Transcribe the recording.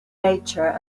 nature